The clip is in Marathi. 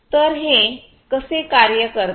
तर हे असे कार्य करते